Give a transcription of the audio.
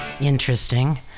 interesting